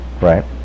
Right